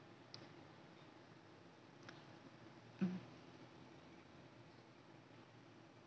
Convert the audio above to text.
mm